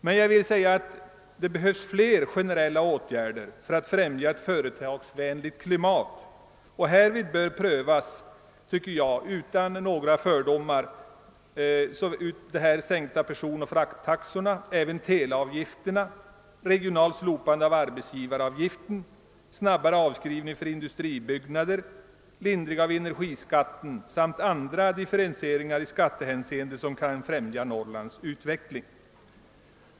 Det behövs emellertid flera generella åtgärder för att främja ett företagsvänligt klimat, och härvid bör man enligt min mening fördomsfritt pröva förutom sänkning av personoch frakttaxor även sänkning av teleavgifterna, regionalt slopande av arbetsgivaravgiften, snabbare avskrivning för industribyggnader, lindring av energiskatten samt andra differentieringar i skattehänseende som kan främja Norrlands utveckling.